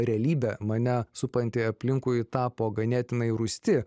realybė mane supanti aplinkui tapo ganėtinai rūsti